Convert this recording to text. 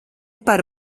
par